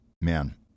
Man